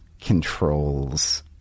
controls